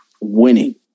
winning